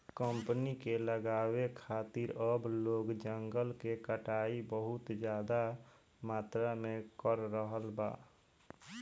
company के लगावे खातिर अब लोग जंगल के कटाई बहुत ज्यादा मात्रा में कर रहल बा